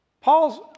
Paul's